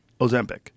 Ozempic